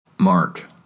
Mark